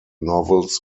novels